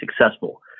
successful